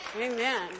Amen